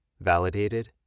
validated